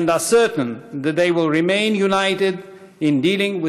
are certain that they will remain united in dealing with